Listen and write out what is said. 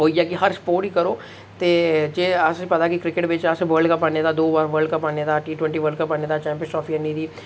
ओई ऐ कि हर स्पोर्ट गी करो ते जे असेंगी पता कि क्रिकेट बिच असें वर्ल्ड कप आह्ने दा दो बार वर्ल्ड कप आह्न्ने दा टी टवेंटी वर्ल्ड कप आह्न्ने दा चैंपियन्स ट्राफी आह्न्नी दी